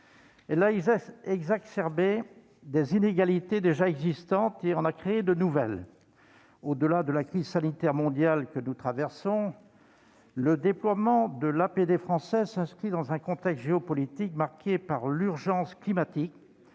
Elle a exacerbé des inégalités déjà existantes et en a créé de nouvelles. Au-delà de la crise sanitaire mondiale que nous traversons, le déploiement de l'APD française s'inscrit dans un contexte géopolitique marqué par l'urgence climatique,